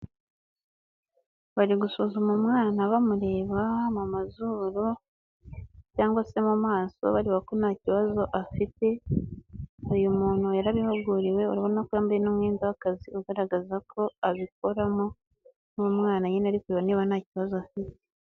Bari gusuzuma umwana bamureba mu mazuru cyangwa se mu maso bareba ko nta kibazo afite uyu muntu yarabihuguriwe urabona ko yambaye n'umwenda w'akazi ugaragaza ko abikoramo n'umwana nyine ariko niba ntakibazo afite.